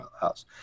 house